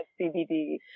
CBD